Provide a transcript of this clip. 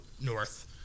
north